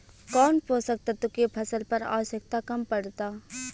कौन पोषक तत्व के फसल पर आवशयक्ता कम पड़ता?